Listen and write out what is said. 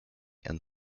and